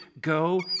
go